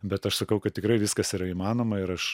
bet aš sakau kad tikrai viskas yra įmanoma ir aš